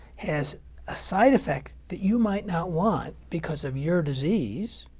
has a side effect that you might not want because of your disease,